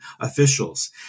officials